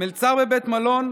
מלצר בבית מלון,